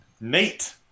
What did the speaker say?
Nate